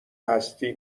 هستی